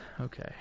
Okay